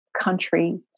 country